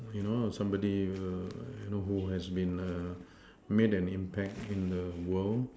you know somebody who has made an impact in the world